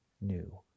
new